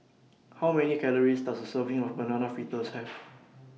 How Many Calories Does A Serving of Banana Fritters Have